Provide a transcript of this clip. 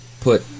put